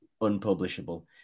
unpublishable